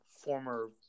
former